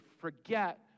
forget